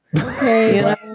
Okay